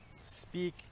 speak